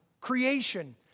creation